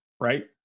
right